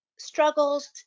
struggles